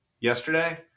yesterday